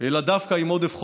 אלא דווקא עם עודף חובות.